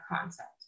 concept